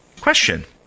Question